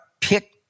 pick